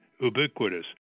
Ubiquitous